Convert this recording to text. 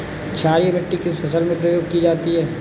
क्षारीय मिट्टी किस फसल में प्रयोग की जाती है?